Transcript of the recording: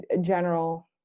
general